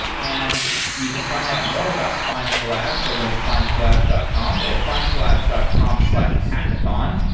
and you can find out more about findcollabs by going to findcollabs dot com or findcollabs dot com slash hackathon.